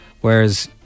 whereas